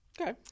Okay